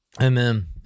Amen